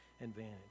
advantage